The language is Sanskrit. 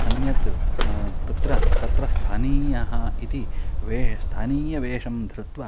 अन्यत् मम तत्र तत्र स्थानीयः इति वा स्थानीयवेषं धृत्वा